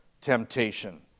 temptation